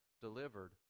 delivered